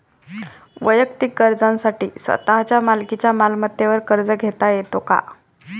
वैयक्तिक गरजांसाठी स्वतःच्या मालकीच्या मालमत्तेवर कर्ज घेता येतो का?